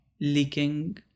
leaking